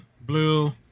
blue